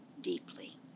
deeply